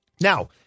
Now